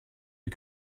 des